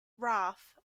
wrath